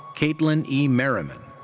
katelynn e. merriman.